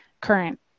current